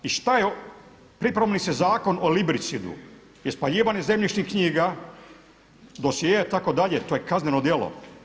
I šta je priprema se zakon o libricidu je spaljivanje zemljišnih knjiga, dosjea itd. to je kazneno djelo.